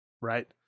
right